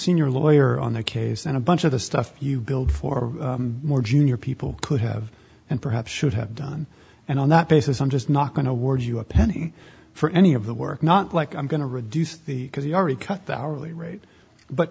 senior lawyer on the case and a bunch of the stuff you billed for more junior people could have and perhaps should have done and on that basis i'm just not going towards you a penny for any of the work not like i'm going to reduce the because you already cut the hourly rate but